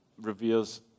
reveals